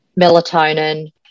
melatonin